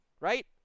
Right